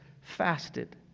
fasted